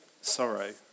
sorrow